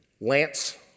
Lance